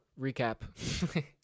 recap